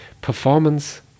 Performance